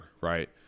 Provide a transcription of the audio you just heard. right